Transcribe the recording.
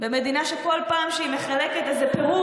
במדינה שבכל פעם שהיא מחלקת איזה פירור